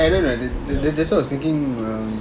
ya I know I know that that's why I was thinking um